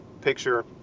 picture